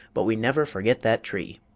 but we never forget that tree!